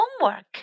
homework